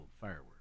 fireworks